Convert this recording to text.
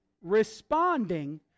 responding